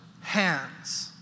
hands